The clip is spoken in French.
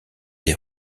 des